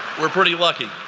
we're pretty lucky.